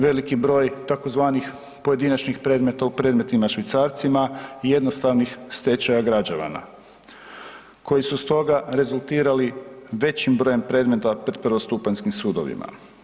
Velik broj tzv. Pojedinačnih predmeta u predmetima švicarcima i jednostavnih stečaja građana koji su stoga rezultirali većim brojem predmeta pred prvostupanjskim sudovima.